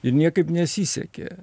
ir niekaip nesisekė